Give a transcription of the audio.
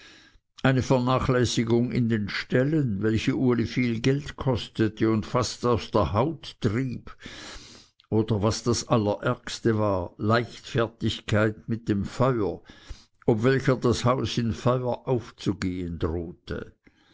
eine vernachlässigung in den ställen welche uli viel geld kostete und fast aus der haut trieb oder was das allerärgste war leichtfertigkeit mit dem feuer ob welcher das haus in feuer aufzugehen drohte